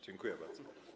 Dziękuję bardzo.